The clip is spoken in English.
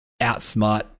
outsmart